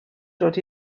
dod